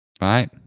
right